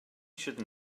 should